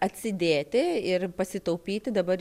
atsidėti ir pasitaupyti dabar